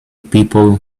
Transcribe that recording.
people